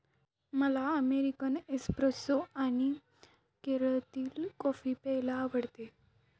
मला American espresso आणि केरळातील कॉफी प्यायला आवडते